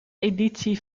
editie